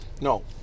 No